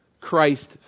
Christ